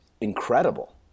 incredible